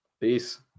Peace